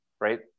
right